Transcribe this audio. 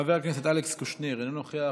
חבר הכנסת אלכס קושניר, אינו נוכח,